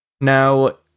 Now